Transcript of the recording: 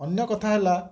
ଅନ୍ୟ କଥା ହେଲା